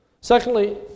Secondly